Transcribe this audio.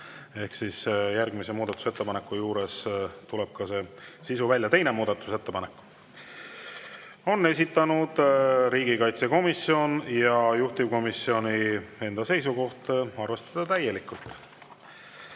Järgmise muudatusettepaneku juures tuleb ka see sisu välja. Teine muudatusettepanek, esitanud riigikaitsekomisjon ja juhtivkomisjoni enda seisukoht: arvestada täielikult.